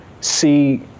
see